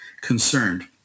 concerned